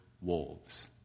wolves